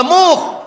נמוך,